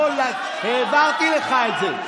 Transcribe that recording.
אתה יכול, העברתי לך את זה.